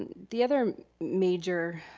and the other major,